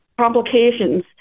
complications